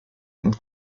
nad